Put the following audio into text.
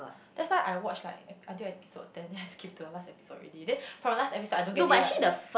that's why I watch like until episode then I skip to the last episode already then from the last episode I don't get it right